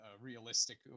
realistic